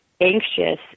anxious